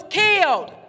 killed